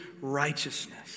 righteousness